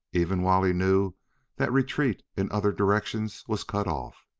even while he knew that retreat in other directions was cut off.